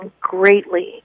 greatly